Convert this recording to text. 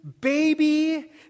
baby